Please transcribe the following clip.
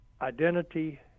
identity